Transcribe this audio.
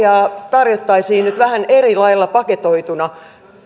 tarjottaisiin nyt vähän eri lailla paketoituna